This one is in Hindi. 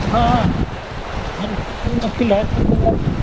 हँ यह ऐसी पुराना फिल्ड है सब जगह